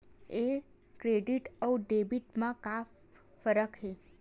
ये क्रेडिट आऊ डेबिट मा का फरक है?